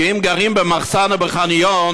כי אם גרים במחסן או בחניון,